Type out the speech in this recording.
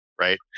Right